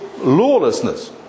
Lawlessness